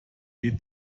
weh